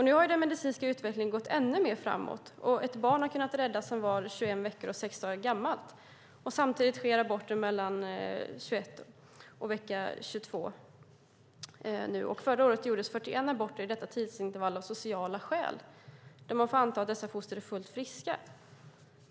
Nu har den medicinska utvecklingen gått ännu mer framåt. Ett barn som var 21 veckor och sex dagar gammalt har kunnat räddas, och samtidigt sker aborter i vecka 21 och vecka 22. Förra året gjordes 41 aborter i detta tidsintervall av sociala skäl, och man får anta att dessa foster var fullt friska.